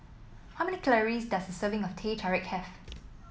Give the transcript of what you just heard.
how many calories does a serving of Teh Tarik have